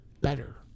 Better